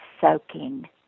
soaking